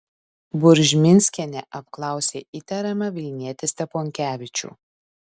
buržminskienė apklausė įtariamą vilnietį steponkevičių